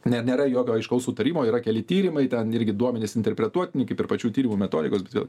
ne nėra jokio aiškaus sutarimo yra keli tyrimai ten irgi duomenys interpretuotini kaip ir pačių tyrimų metodikos bet vėl